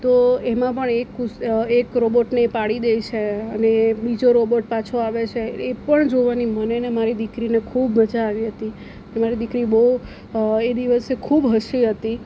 તો એમાં પણ એક એક રોબોટને પાડી દે છે અને બીજો રોબોટ પાછો આવે છે એ પણ જોવાની મને અને મારી દીકરીને ખૂબ મજા આવી હતી મારી દીકરી બહુ એ દિવસે ખૂબ હસી હતી